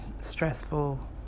stressful